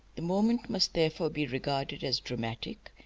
the moment must therefore be regarded as dramatic,